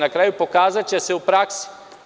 Na kraju, pokazaće se u praksi.